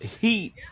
heat